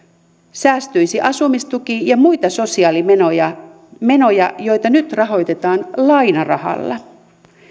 säästyisi asumistuki ja muita sosiaalimenoja menoja joita nyt rahoitetaan lainarahalla